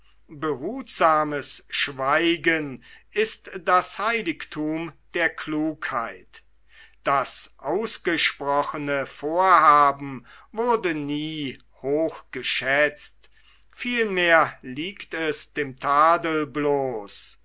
behutsames schweigen ist das heiligthum der klugheit das ausgesprochene vorhaben wurde nie hochgeschätzt vielmehr liegt es dem tadel bloß